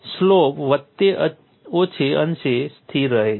slope વત્તેઓછે અંશે સ્થિર રહે છે